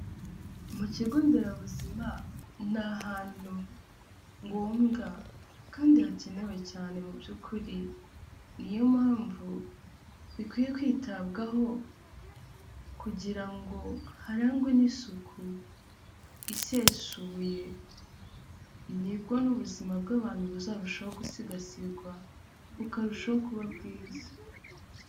Mu kigo nderabuzima nta ahantu ngombwa kandi hakenewe cyane mu by'ukuri, niyo mpamvu bikwiye kwitabwaho kugira ngo harangwe n'isuku isesuye, nibwo n'ubuzima bw'abantu buzarushaho gusigasirwa bukarushaho kuba bwiza.